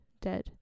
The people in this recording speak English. dead